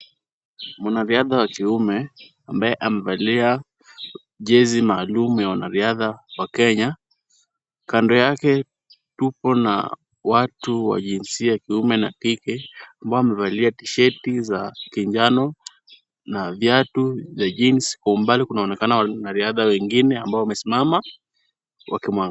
Mwanariadha wa kiume ambaye amevalia jezi maalum ya wanariadha wa Kenya, kando yake tuko na watu wa jinsia ya kiume na kike ambao wamevalia tishati za njano na viatu vya jeans, kwa umbali kunaonekana wanariadha wengine ambao wamesimama wakimwangalia.